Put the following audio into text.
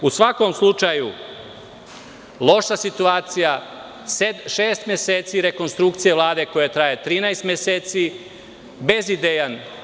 U svakom slučaju, loša situacija, šest meseci rekonstrukcije Vlade koja traje 13 meseci, bez ideja.